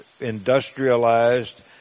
industrialized